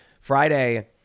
Friday